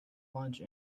plunge